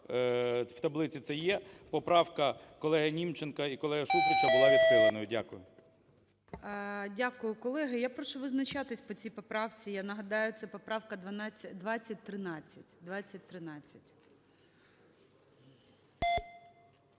в таблиці це є, поправка колеги Німченка і колеги Шуфрича була відхиленою. Дякую. 12:39:45 ГОЛОВУЮЧИЙ. Дякую, колеги. Я прошу визначатись по цій поправці. Я нагадаю, це поправка 2013.